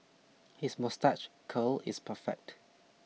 his moustache curl is perfect